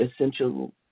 essential